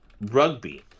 Rugby